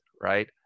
right